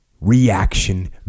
reaction